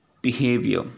behavior